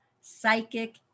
psychic